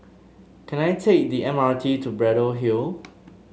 can I take the M R T to Braddell Hill